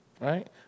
right